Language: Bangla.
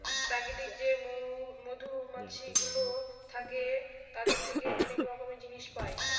প্রাকৃতিক যে মধুমাছিগুলো থাকে তাদের থেকে অনেক রকমের জিনিস পায়